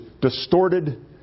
distorted